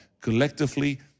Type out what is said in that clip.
collectively